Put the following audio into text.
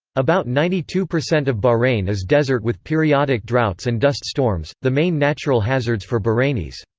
about ninety two percent of bahrain is desert with periodic droughts and dust storms, the main natural hazards for bahrainis.